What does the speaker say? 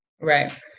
Right